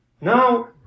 now